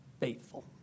faithful